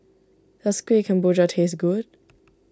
does Kuih Kemboja taste good